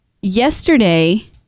Yesterday